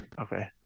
Okay